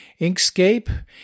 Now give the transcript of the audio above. Inkscape